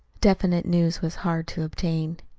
definite news was hard to obtain.